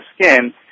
skin